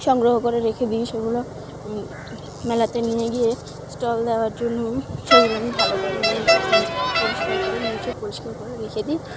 সংগ্রহ করে রেখে দিই সেগুলো মেলাতে নিয়ে গিয়ে স্টল দেওয়ার জন্য সেগুলো আমি ভালো করে নিয়ে পরিষ্কার করে মুছে পরিষ্কার করে রেখে দিই